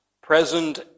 present